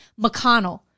McConnell